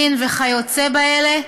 מין וכיוצא באלה,